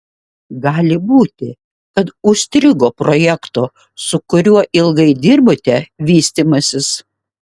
gali būti kad užstrigo projekto su kuriuo ilgai dirbote vystymasis